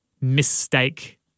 mistake